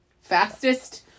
Fastest